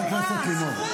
חברת הכנסת לימור,